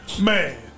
Man